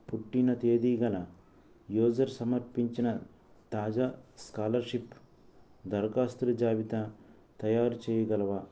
పుట్టిన తేది గల యూజర్ సమర్పించిన తాజా స్కాలర్షిప్ దరఖాస్తుల జాబితా తయారుచేయగలవా